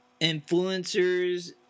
influencers